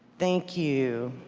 thank you.